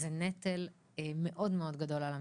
זה נטל מאוד-מאוד גדול על המשפחה.